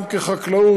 גם כחקלאות,